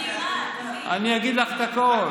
אני, בואי תקשיבי, אני אגיד לך את הכול.